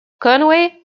conway